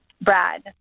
Brad